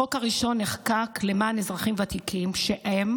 החוק הראשון נחקק למען אזרחים ותיקים שהם